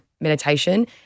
meditation